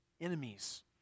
enemies